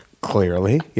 clearly